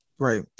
Right